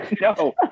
No